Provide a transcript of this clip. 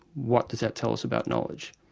what does that tell us about knowledge?